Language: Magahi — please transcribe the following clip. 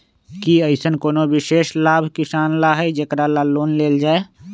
कि अईसन कोनो विशेष लाभ किसान ला हई जेकरा ला लोन लेल जाए?